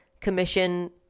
commission